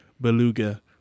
Beluga